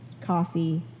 coffee